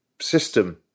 system